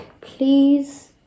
Please